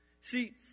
see